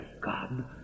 God